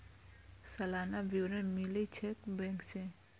सलाना विवरण मिलै छै बैंक से?